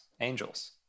angels